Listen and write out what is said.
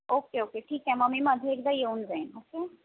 okay okay ठीक आहे मग मी मधे एकदा येऊन जाईन ओके